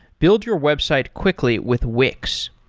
build your website quickly with wix.